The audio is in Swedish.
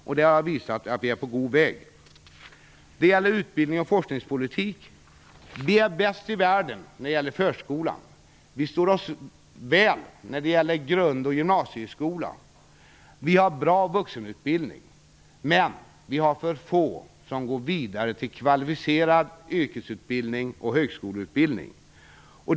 Det har jag visat att vi är på god väg att göra. Det gäller utbildnings och forskningspolitik. Vi är bäst i världen när det gäller förskolan. Vi står oss väl när det gäller grund och gymnasieskolan. Vi har bra vuxenutbildning. Men vi har för få som går vidare till kvalificerad yrkesutbildning och högskoleutbildning.